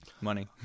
Money